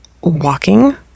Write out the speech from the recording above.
walking